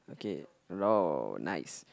okay nice